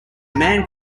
man